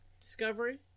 Discovery